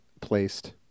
placed